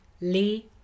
Lee